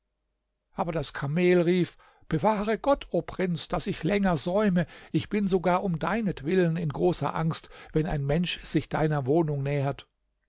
aber das kamel rief bewahre gott o prinz daß ich länger säume ich bin sogar um deinetwillen in großer angst wenn ein mensch sich deiner wohnung nähert